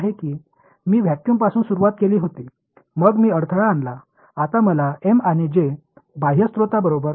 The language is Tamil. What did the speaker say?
எனவே அந்த நோக்கம் எவ்வாறு இங்கு அடையப்படுகிறது என்பதைப் பார்ப்போம்